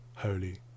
Holy